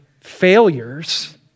failures